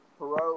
Perot